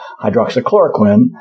hydroxychloroquine